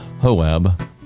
Hoab